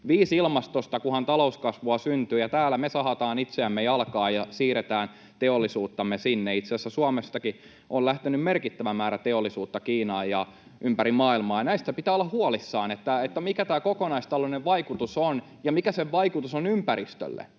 viis ilmastosta, kunhan talouskasvua syntyy, ja täällä me sahataan itseämme jalkaan ja siirretään teollisuuttamme sinne — itse asiassa Suomestakin on lähtenyt merkittävä määrä teollisuutta Kiinaan ja ympäri maailmaa. Näistä pitää olla huolissaan, että mikä tämä kokonaistalouden vaikutus on ja mikä sen vaikutus on ympäristölle.